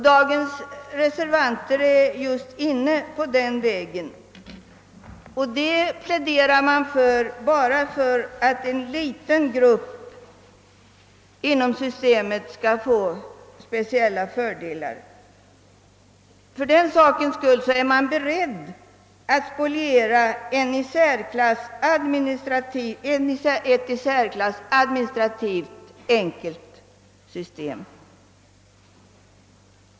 Dagens reservanter är inne just på denna väg, vilken man rekommenderar enbart av det skälet att en liten grupp inom systemet skall få speciella fördelar. För den sakens skull är man beredd att spoliera ett i administrativt hänseende synnerligen enkelt system.